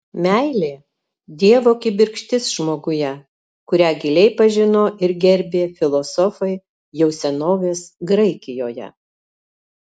meilė dievo kibirkštis žmoguje kurią giliai pažino ir gerbė filosofai jau senovės graikijoje